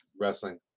wrestling